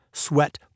Sweat